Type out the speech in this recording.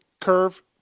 curve